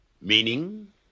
Meaning